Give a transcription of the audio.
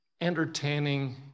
entertaining